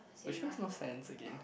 which makes no sense again